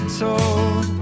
told